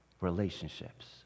relationships